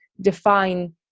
define